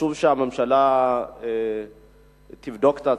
וחשוב שהממשלה תבדוק את עצמה.